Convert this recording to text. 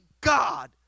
God